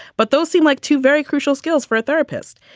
but those seem like two very crucial skills for a therapist.